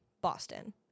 Boston